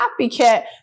copycat